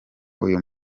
uyu